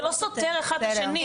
זה לא סותר אחד את השני,